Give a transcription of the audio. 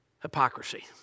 hypocrisy